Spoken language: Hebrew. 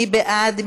מי בעד?